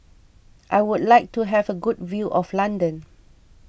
I would like to have a good view of London